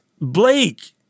Blake